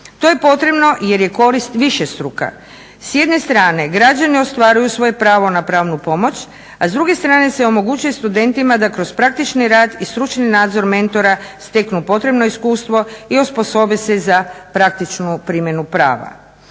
To je potrebno jer je korist višestruka. S jedne strane građani ostvaruju svoje pravo na pravnu pomoć, a s druge strane se omogućuje studentima da kroz praktični rad i stručni nadzor mentora steknu potrebno iskustvo i osposobe se za praktičnu primjenu prava.